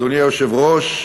אדוני היושב-ראש,